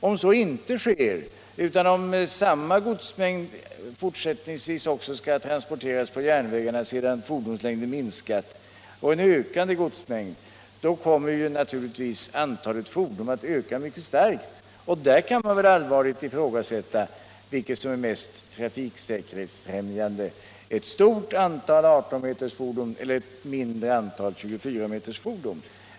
Om så inte sker, om samma godsmängder fortsättningsvis — sedan fordonslängden minskat och godsmängden ökat — skall transporteras på landsväg kommer naturligtvis antalet fordon att öka mycket starkt. Där kan man allvarligt ifrågasätta vilket som är mest trafiksäkerhetsfrämjande -— ett stort antal 18 meters fordon eller ett mindre antal 24 meters fordon.